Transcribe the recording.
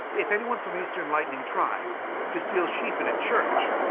if anyone from eastern lightning tries to steal sheep in a church,